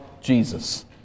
Jesus